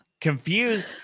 confused